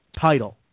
title